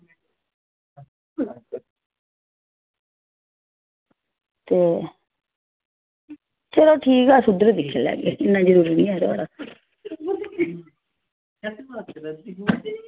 ते चलो ठीक ऐ अस उद्धर दिक्खी लैगे इन्ना जरूरी नेईं ऐ थुआढ़ा